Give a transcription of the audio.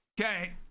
Okay